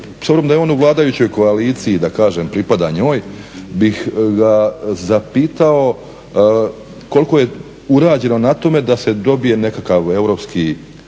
s obzirom da je on u vladajućoj koaliciji, da kažem pripada njoj bih ga zapitao koliko je urađeno na tome da se dobije nekakav europski,